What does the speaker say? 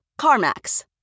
CarMax